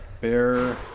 Bear